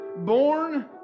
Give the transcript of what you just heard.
born